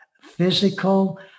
physical